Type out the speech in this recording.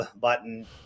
button